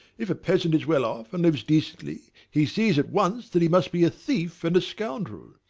if a peasant is well off and lives decently, he sees at once that he must be a thief and a scoundrel.